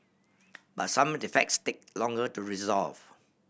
but some defects take longer to resolve